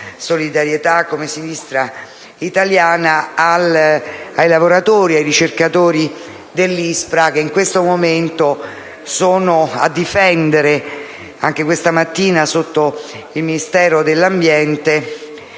solidarietà, come Sinistra italiana, ai lavoratori e ai ricercatori dell'ISPRA, che in questo momento sono a difendere - anche questa mattina erano sotto il Ministero dell'ambiente